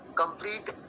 complete